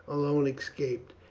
alone escaped,